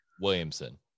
Williamson